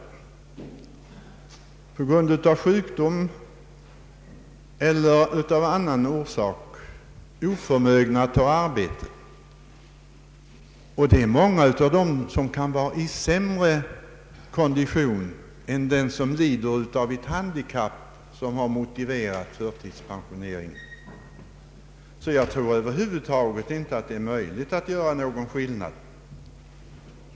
De är på grund av sjukdom eller av annan orsak oförmögna att ha ett arbete. Många av dem kan vara i sämre kondition än de som lider av ett handikapp som motiverat förtidspensioneringen. Jag tror inte att det över huvud taget är möjligt att göra någon skillnad.